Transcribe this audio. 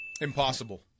Impossible